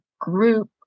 group